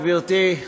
גברתי,